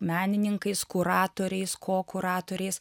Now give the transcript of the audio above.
menininkais kuratoriais ko kuratoriais